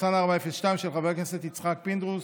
של חבר הכנסת יצחק פינדרוס,